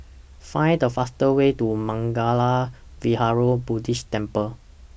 Find The fastest Way to Mangala Vihara Buddhist Temple